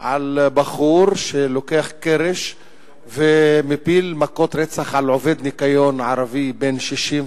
על בחור שלוקח קרש ומפיל מכות רצח על עובד ניקיון ערבי בן 65,